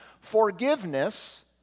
forgiveness